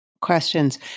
questions